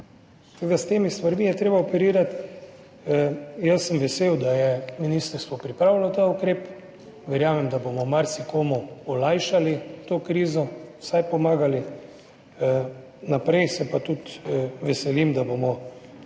s temi stvarmi je treba operirati. Jaz sem vesel, da je ministrstvo pripravilo ta ukrep, verjamem, da bomo marsikomu olajšali to krizo, vsaj pomagali. Naprej se pa tudi veselim, da bomo